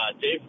Dave